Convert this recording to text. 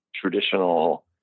traditional